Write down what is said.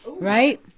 right